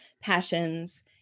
passions